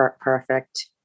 perfect